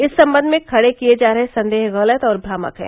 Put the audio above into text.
इस संबंध में खडे किये जा रहे संदेह गलत और भ्रामक हैं